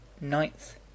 ninth